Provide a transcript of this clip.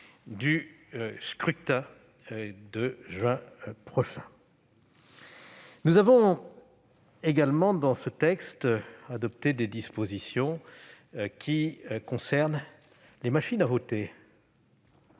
du scrutin de juin prochain. Nous avons également adopté des dispositions qui concernent les machines à voter.